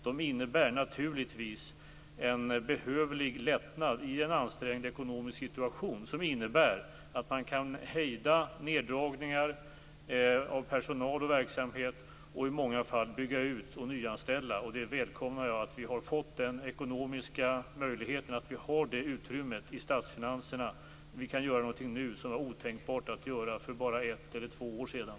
De innebär naturligtvis i en ansträngd ekonomisk situation en behövlig lättnad, som medför att man kan hejda neddragningar av personal och verksamhet och i många fall kan bygga ut och nyanställa. Jag välkomnar att vi har fått den ekonomiska möjligheten och att vi har det utrymmet i statsfinanserna. Vi kan nu göra någonting som var otänkbart för bara ett eller två år sedan.